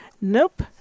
Nope